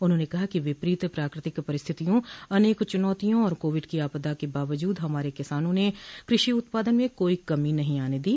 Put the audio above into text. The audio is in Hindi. उन्होंने कहा कि विपरीत प्राकृतिक परिस्थितियों अनेक चुनौतियों और कोविड की आपदा के बावजूद हमारे किसानों ने कृषि उत्पादन में कोई कमी नहीं आने दी